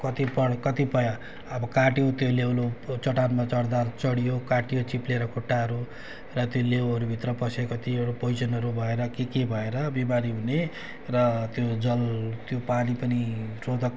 कतिपन कतिपय अब काट्यो त्यो लेउ लउ चटानमा चढ्दा चढियो काट्यो चिप्लेर खुट्टाहरू र त्यो लेउहरू भित्र पसेको कतिहरू पोइजनहरू भएर के के भएर बिमारी हुने र त्यो जल त्यो पानी पनि रोधक